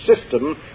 system